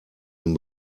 den